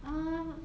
um